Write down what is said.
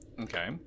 okay